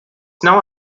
now